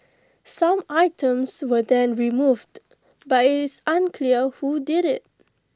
some items were then removed but IT is unclear who did IT